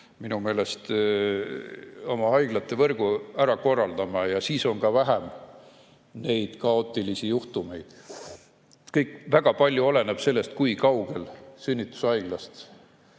Minu meelest me peame oma haiglate võrgu ära korraldama, siis on ka vähem neid kaootilisi juhtumeid. Väga palju oleneb sellest, kui kaugel sünnitushaiglast